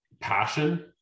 passion